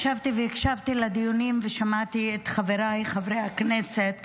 ישבתי והקשבתי לדיונים ושמעתי את חבריי חברי הכנסת